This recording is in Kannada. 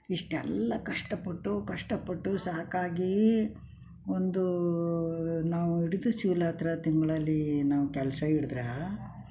ಇಷ್ಟೆಲ್ಲ ಕಷ್ಟಪಟ್ಟು ಕಷ್ಟಪಟ್ಟು ಸಾಕಾಗಿ ಒಂದೂ ನಾವು ತಿಂಗಳಲ್ಲಿ ನಾವು ಕೆಲಸ ಹಿಡ್ದ್ರೆ